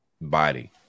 body